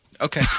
Okay